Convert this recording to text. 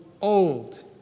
old